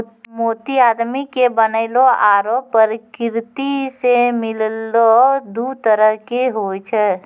मोती आदमी के बनैलो आरो परकिरति सें मिललो दु तरह के होय छै